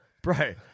Bro